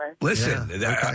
Listen